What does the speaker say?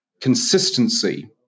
consistency